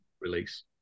release